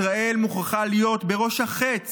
ישראל מוכרחה להיות בראש החץ